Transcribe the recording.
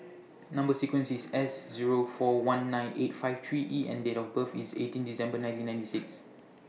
Number sequence IS S Zero four one nine eight five three E and Date of birth IS eighteen December nineteen sixty six